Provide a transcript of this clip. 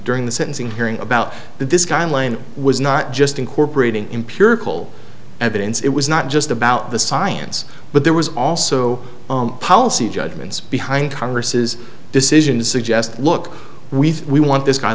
during the sentencing hearing about this kind of line was not just incorporating empirical evidence it was not just about the science but there was also policy judgments behind congress decisions suggest look we think we want this guy